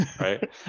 right